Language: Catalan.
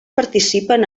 participen